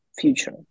future